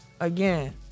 Again